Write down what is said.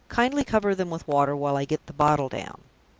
kindly cover them with water, while i get the bottle down.